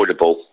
affordable